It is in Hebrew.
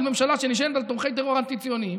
ממשלה שנשענת על תומכי טרור אנטי-ציוניים,